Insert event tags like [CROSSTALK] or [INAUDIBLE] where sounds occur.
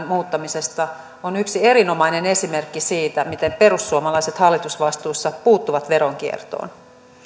[UNINTELLIGIBLE] muuttamisesta on yksi erinomainen esimerkki siitä miten perussuomalaiset hallitusvastuussa puuttuvat veronkiertoon